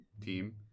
team